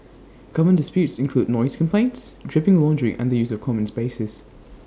common disputes include noise complaints dripping laundry and the use of common spaces